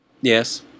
Yes